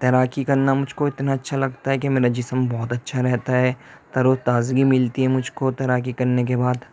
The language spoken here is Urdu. تیراکی کر نا مجھ کو اتنا اچھا لگتا ہے کہ میرا جسم بہت اچھا رہتا ہے تر و تازگی ملتی ہے مجھ کو تیراکی کر نے کے بعد